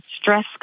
stress